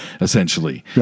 essentially